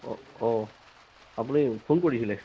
অঁ অঁ আপুনি ফোন কৰিছিলে